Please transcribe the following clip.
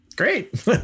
Great